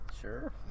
Sure